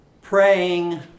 Praying